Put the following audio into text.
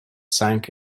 sank